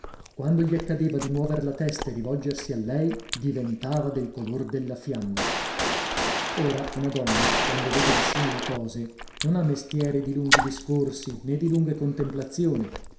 quando gli accadeva di muover la testa e di volgersi a lei diventava del color della fiamma ora una donna quando vede di simili cose non ha mestieri di lunghi discorsi nè di lunghe contemplazioni